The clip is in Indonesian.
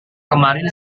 kemarin